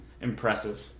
impressive